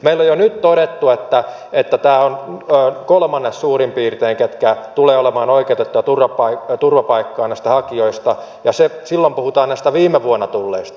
meillä on jo nyt todettu että on kolmannes suurin piirtein näistä hakijoista ketkä tulevat olemaan oikeutettuja turvapaikkaan ja silloin puhutaan näistä viime vuonna tulleista